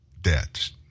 debts